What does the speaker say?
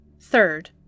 Third